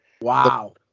Wow